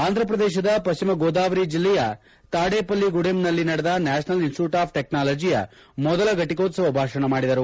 ಆಂಧ್ರ ಪ್ರದೇಶದ ಪಶ್ಚಿಮ ಗೋದಾವರಿ ಜಿಲ್ಲೆಯ ತಾಡೆಪಲ್ಲಿಗುಡೆಂನಲ್ಲಿ ನಡೆದ ನ್ಯಾಷನಲ್ ಇನ್ಸ್ಟಿಟ್ಯೂಟ್ ಆಫ್ ಟೆಕ್ನಾಲಜಿಯ ಮೊದಲ ಫಟಿಕೋತ್ಪವ ಭಾಷಣ ಮಾಡಿದರು